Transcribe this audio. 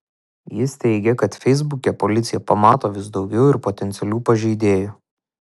jis teigia kad feisbuke policija pamato vis daugiau ir daugiau potencialių pažeidėjų